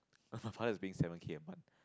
err my father is paying seven K a month